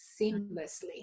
seamlessly